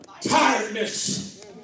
Tiredness